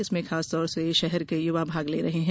इसमें खास तौर से शहर के युवा भाग ले रहे है